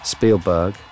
Spielberg